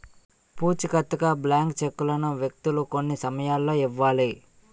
పూచికత్తుగా బ్లాంక్ చెక్కులను వ్యక్తులు కొన్ని సమయాల్లో ఇవ్వాలి